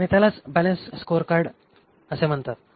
तर त्यालाच balanced scorecard असे म्हणतात